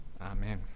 Amen